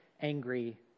angry